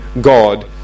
God